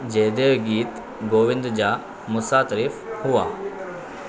जयदेव गीत गोविंद जा मुसातिफ़ु हुआ